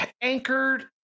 anchored